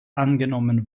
angenommen